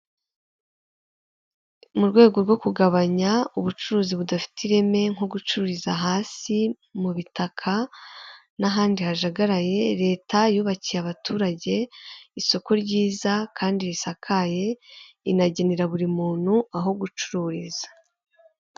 Uku ni uko bishyura amafaranga bakoresheje ikoranabuhanga bisa nk'aho ari mu gihugu cy'Ubwongereza, umuntu yari yohereje amafaranga igihumbi berekana n'undi ayo aribuze kwakira, kandi biba byerekana nimba ukoresheje ikarita za banki cyangwa izindi zose waba ukoresheje birabyerekana.